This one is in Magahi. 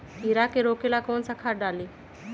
कीड़ा के रोक ला कौन सा खाद्य डाली?